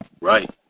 Right